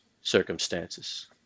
circumstances